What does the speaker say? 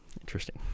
interesting